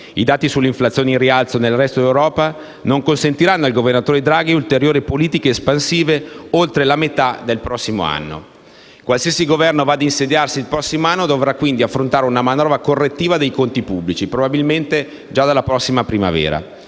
I dati sull'inflazione in rialzo nel resto d'Europa non consentiranno al governatore Draghi ulteriori politiche espansive oltre la metà del prossimo anno. Qualsiasi Governo vada ad insediarsi il prossimo anno, dovrà quindi affrontare una manovra correttiva dei conti pubblici, probabilmente già dalla prossima primavera.